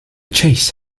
chase